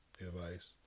Advice